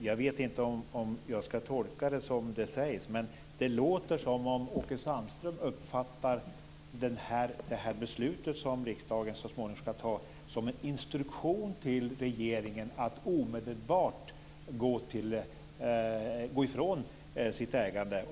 Jag vet inte om jag ska tolka det som det sades, men det låter som om Åke Sandström uppfattar det beslut som riksdagen så småningom ska ta som en instruktion till regeringen att omedelbart gå ifrån sitt ägande.